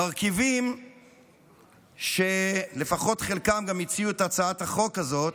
מרכיבים שלפחות חלקם גם הציעו את הצעת החוק הזאת,